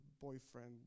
boyfriend